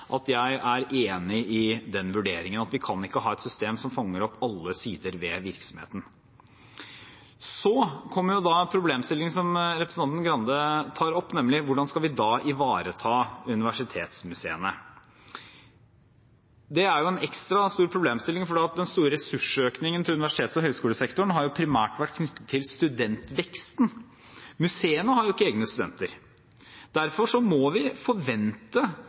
at jeg er enig i den vurderingen: at vi kan ikke ha et system som fanger opp alle sider ved virksomheten. Så kommer problemstillingen som representanten Skei Grande tar opp, nemlig: Hvordan skal vi da ivareta universitetsmuseene? Det er jo en ekstra stor problemstilling, for den store ressursøkningen til universitets- og høyskolesektoren har primært vært knyttet til studentveksten. Museene har jo ikke egne studenter. Derfor må vi forvente